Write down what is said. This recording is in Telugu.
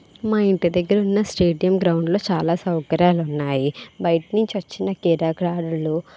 మా ఇంటి దగ్గర ఉన్నస్టేడియం గ్రౌండ్ లో చాలా సౌకర్యాలు ఉన్నాయి బయటి నుంచి వచ్చిన క్రీడాకారులు